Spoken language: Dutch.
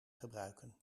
gebruiken